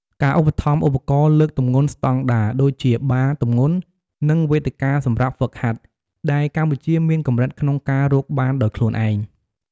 ការឧបត្ថម្ភឧបករណ៍លើកទម្ងន់ស្តង់ដារ ដូចជាបារទម្ងន់ និងវេទិកាសម្រាប់ហ្វឹកហាត់ ដែលកម្ពុជាមានកម្រិតក្នុងការរកបានដោយខ្លួនឯង។